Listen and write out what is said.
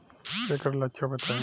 ऐकर लक्षण बताई?